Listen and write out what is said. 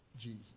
Jesus